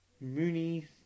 Mooney